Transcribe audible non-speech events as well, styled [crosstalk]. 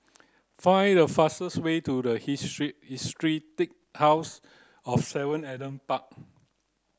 find the fastest way to [unintelligible] House of seven Adam Park